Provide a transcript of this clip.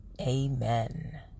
Amen